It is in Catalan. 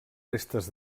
restes